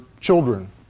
children